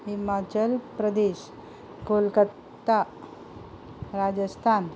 Himachal Pradesh Kolkata Rajasthan